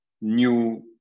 new